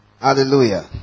Hallelujah